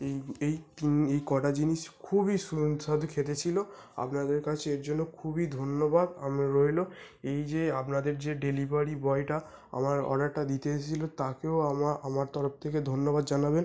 এই এই তিন এই কটা জিনিস খুবই সুস্বাদু খেতে ছিলো আপনাদের কাছে এর জন্য খুবই ধন্যবাদ আমি রইলো এই যে আপনাদের যে ডেলিভারি বয়টা আমার অর্ডারটা দিতে এসেছিলো তাকেও আমার তরফ থেকে ধন্যবাদ জানাবেন